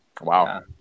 Wow